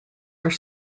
are